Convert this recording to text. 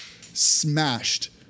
smashed